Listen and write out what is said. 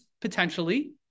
potentially